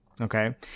Okay